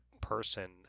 person